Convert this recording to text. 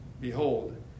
Behold